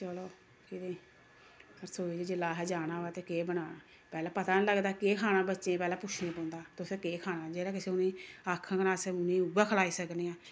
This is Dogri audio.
चलो फिरी रसोई ई जेल्लै अहें जाना होऐ ते केह् बनाना पैह्लें पता निं लगदा केह् खाना बच्चें ई पैह्लें पुच्छना पौंदा तुसें केह् खाना जेह्ड़ा किश उ'नें गी आखङन अस उ'नें ई उ'ऐ खलाई सकने आं